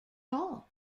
all